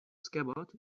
scabbard